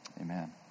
Amen